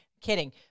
Kidding